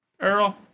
Earl